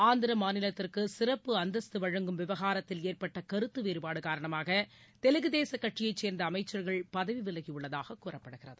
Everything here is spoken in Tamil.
ஆந்திர மாநிலத்திற்கு சிறப்பு அந்தஸ்து வழங்கும் விவகாரத்தில் ஏற்பட்ட கருத்து வேறுபாடு காரணமாக தெலுங்கு தேச கட்சியை சேர்ந்த அமைச்சர்கள் பதவி விலகியுள்ளதாக கூறப்படுகிறது